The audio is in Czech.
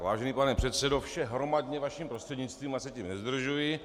Vážený pane předsedo, vše hromadně vaším prostřednictvím, ať se tím nezdržuji.